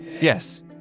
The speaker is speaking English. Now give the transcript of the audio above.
Yes